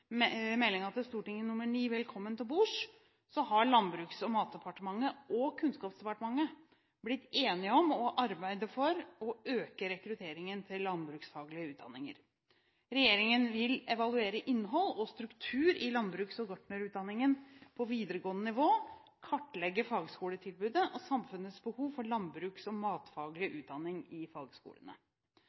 Velkommen til bords har Landbruks- og matdepartementet og Kunnskapsdepartementet blitt enige om å arbeide for å øke rekrutteringen til landbruksfaglige utdanninger. Regjeringen vil evaluere innhold og struktur i landbruks- og gartnerutdanningen på videregående nivå, og kartlegge fagskoletilbudet og samfunnets behov for landbruks- og matfaglig utdanning i fagskolene.